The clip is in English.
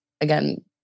again